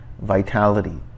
vitality